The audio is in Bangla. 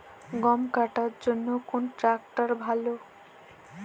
গম কাটার জন্যে কোন ট্র্যাক্টর ভালো?